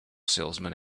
salesman